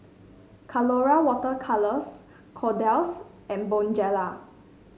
Colora Water Colours Kordel's and Bonjela